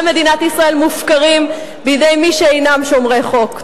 מדינת ישראל מופקרים בידי מי שאינם שומרי חוק.